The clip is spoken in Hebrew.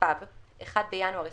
התשפ"ב (1 בינואר 2022),